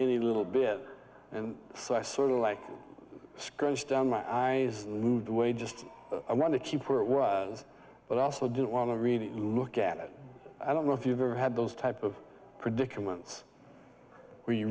any little bit and so i sort of like scrunched down my eyes and moved away just i want to keep where it was but i also didn't want to really look at it i don't know if you've ever had those type of predicaments where you